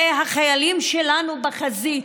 והחיילים שלנו בחזית.